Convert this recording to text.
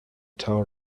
tell